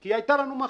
כי הייתה לנו מחלה.